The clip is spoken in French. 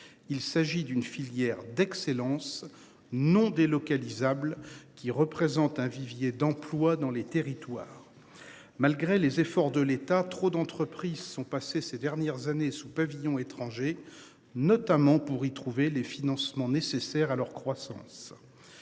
Il s'agit d'une filière d'excellence non délocalisables qui représentent un vivier d'emplois dans les territoires. Malgré les efforts de l'État trop d'entreprises sont passées ces dernières années sous pavillon étranger, notamment pour y trouver les financements nécessaires à leur croissance.